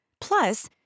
Plus